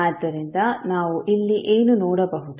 ಆದ್ದರಿಂದ ನಾವು ಇಲ್ಲಿ ಏನು ನೋಡಬಹುದು